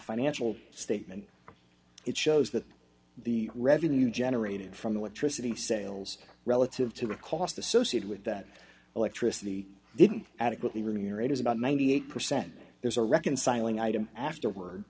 financial statement it shows that the revenue generated from electricity sales relative to the cost associated with that electricity didn't adequately remunerate is about ninety eight percent there's a reconciling item afterward